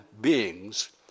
beings